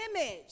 image